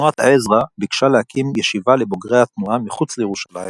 תנועת עזרא ביקשה להקים ישיבה לבוגרי התנועה מחוץ לירושלים